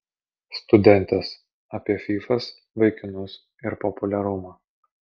studentės apie fyfas vaikinus ir populiarumą